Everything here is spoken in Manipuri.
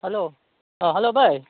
ꯍꯜꯂꯣ ꯑꯥ ꯍꯜꯂꯣ ꯕꯥꯏ